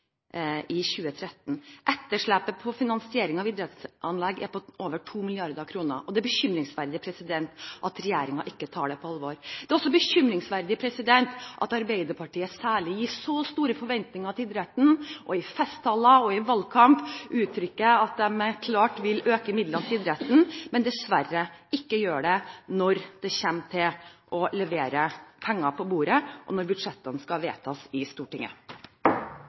i 2013. Etterslepet på finansiering av idrettsanlegg er på over 2 mrd. kr, og det er bekymringsverdig at ikke regjeringen tar det på alvor. Det er også bekymringsverdig at særlig Arbeiderpartiet gir store forventninger til idretten og i festtaler og valgkamp uttrykker at de klart vil øke midlene til idretten, men dessverre ikke gjør det når det kommer til det å legge penger på bordet, og når budsjettene skal vedtas i Stortinget.